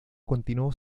continuó